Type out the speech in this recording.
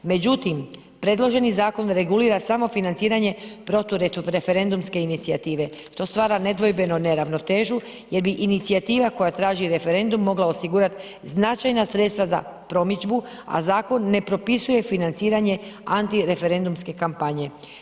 Međutim, predloženi zakon regulira samo financiranje protureferendumske inicijative, to stvari nedvojbeno neravnotežu jer bi inicijativa koja traži referendum mogla osigurat značajna sredstva za promidžbu, a zakon ne propisuje financiranje antireferendumske kampanje.